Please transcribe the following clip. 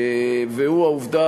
והוא העובדה